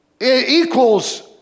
equals